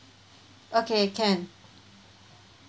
okay can